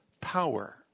power